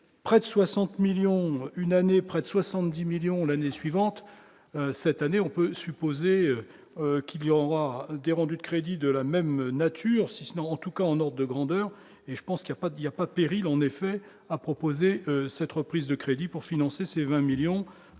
près de 60 millions une année près de 70 millions l'année suivante, cette année, on peut supposer qu'il y aura des rendus de crédit de la même nature 6 mais en tout cas en or de grandeur et je pense qu'il y a pas d'il y a pas péril en effet à proposer cette reprise de crédit pour financer ces 20 millions